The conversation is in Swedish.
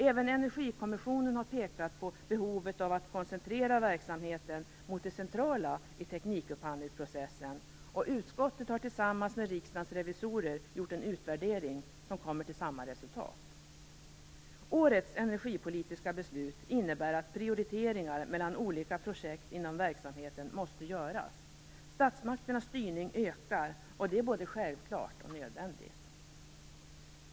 Även Energikommissionen har pekat på behovet av att koncentrera verksamheten mot det centrala i teknikupphandlingsprocessen. Utskottet har tillsammans med Riksdagens revisorer gjort en utvärdering som kommer till samma resultat. Årets energipolitiska beslut innebär att prioriteringar mellan olika projekt inom verksamheten måste göras. Statsmakternas styrning ökar, och detta är både självklart och nödvändigt.